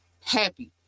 happy